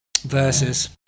Verses